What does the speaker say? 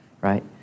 right